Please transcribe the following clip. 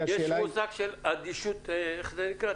יש מושג של אדישות איך זה נקרא?